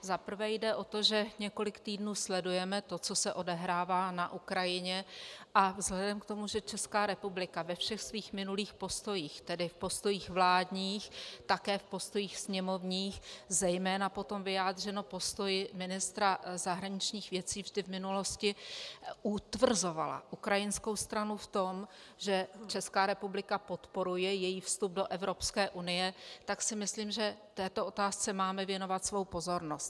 Za prvé jde o to, že několik týdnů sledujeme to, co se odehrává na Ukrajině, a vzhledem k tomu, že Česká republika ve všech svých minulých postojích, tedy v postojích vládních, také v postojích sněmovních, zejména potom vyjádřeno postoji ministra zahraničních věcí, vždy v minulosti utvrzovala ukrajinskou stranu v tom, že Česká republika podporuje její vstup do Evropské unie, tak si myslím, že této otázce máme věnovat svou pozornost.